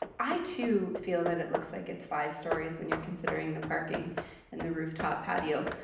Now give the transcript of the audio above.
i too feel that it looks like it's five stories when you're considering the parking and the rooftop patio.